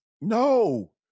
No